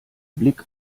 blick